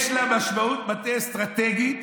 יש לה משמעות מטה אסטרטגית